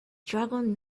dragon